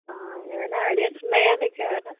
ఏవైనా ఐడియాస్ ఉన్నాయా నీకు ఏవైనా